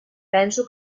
penso